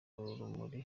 urumuri